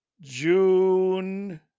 June